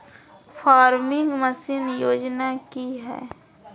Farming machine योजना कि हैय?